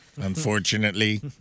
Unfortunately